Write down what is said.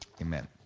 Amen